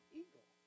eagle